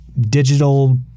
digital